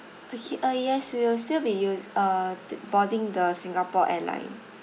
per~ uh yes we will still be use~ uh boarding the singapore airline